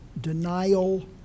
denial